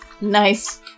nice